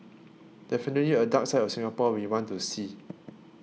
definitely a dark side of Singapore we want to see